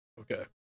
okay